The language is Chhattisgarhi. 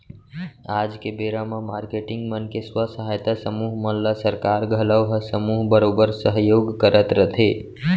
आज के बेरा म मारकेटिंग मन के स्व सहायता समूह मन ल सरकार घलौ ह समूह बरोबर सहयोग करत रथे